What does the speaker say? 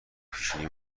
پیشونی